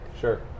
Sure